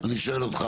אני מפריד.